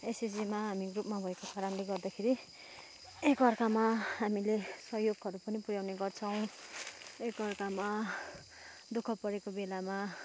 एसएसजीमा हामी ग्रुपमा भएको कारणले गर्दाखेरि एकाअर्कामा हामीले सहयोगहरू पनि पुर्याउने गर्छौँ एकाअर्कामा दु ख परेको बेलामा